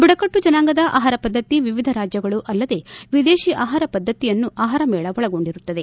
ಬುಡಕಟ್ಟು ಜನಾಂಗದ ಆಹಾರ ಪದ್ಧತಿ ವಿವಿಧ ರಾಜ್ಯಗಳು ಅಲ್ಲದೆ ವಿದೇಶಿ ಆಹಾರ ಪದ್ಧತಿಯನ್ನೂ ಆಹಾರಮೇಳ ಒಳಗೊಂಡಿರುತ್ತದೆ